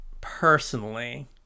personally